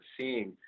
seeing